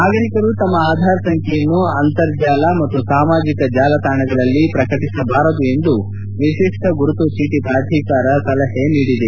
ನಾಗರಿಕರು ತಮ್ಮ ಆಧಾರ್ ಸಂಖ್ಲೆಯನ್ನು ಅಂತರ್ಜಾಲ ಮತ್ತು ಸಾಮಾಜಿಕ ಜಾಲತಾಣಗಳಲ್ಲಿ ಪ್ರಕಟಿಸಬಾರದು ಎಂದು ವಿಶಿಷ್ಣ ಗುರುತು ಚೀಟ ಪ್ರಾಧಿಕಾರ ಸಲಹೆ ನೀಡಿದೆ